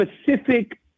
specific